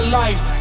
life